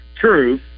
True